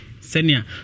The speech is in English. senior